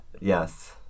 Yes